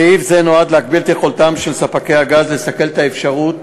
סעיף זה נועד להגביל את יכולתם של ספקי הגז לסכל את האפשרות